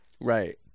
right